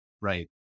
right